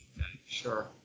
Sure